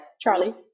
Charlie